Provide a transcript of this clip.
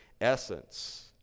essence